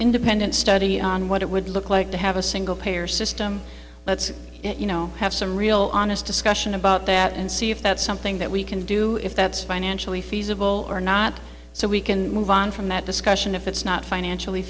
independent study on what it would look like to have a single payer system let's you know have some real honest discussion about that and see if that's something that we can do if that's financially feasible or not so we can move on from that discussion if it's not financially